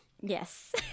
Yes